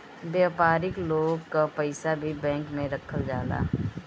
व्यापारिक लोग कअ पईसा भी बैंक में रखल जाला